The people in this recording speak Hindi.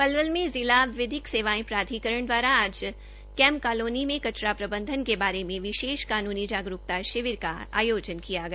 पलवल में जिला विधिक सेवाएं प्राधिकरण द्वारा आज कैंप कालोनी में कचरा प्रबंधन के बारे में विशेष कानूनी जागरुकता शिविर का आयोजन किया गया